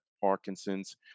Parkinson's